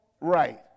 right